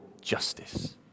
justice